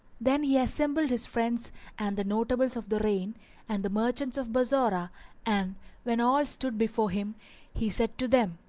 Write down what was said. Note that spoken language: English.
then he assembled his friends and the notables of the reign and the merchants of bassorah and when all stood before him he said to them,